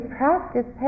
practice